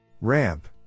Ramp